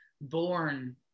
born